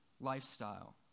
lifestyle